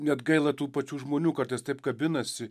net gaila tų pačių žmonių kartais taip kabinasi